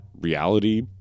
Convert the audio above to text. reality